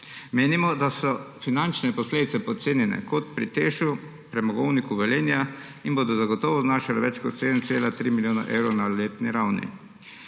Menimo, da so finančne posledice podcenjene kot pri TEŠ, Premogovniku Velenje in bodo zagotovo znašale več kot 7,3 milijona evrov na letni ravni.